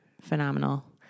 phenomenal